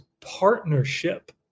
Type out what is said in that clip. partnership